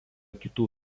kitų